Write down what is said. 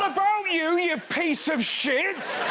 you, you piece of shit!